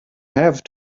have